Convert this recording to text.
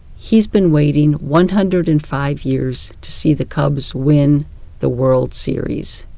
he's been waiting one hundred and five years to see the cubs win the world series.